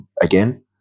again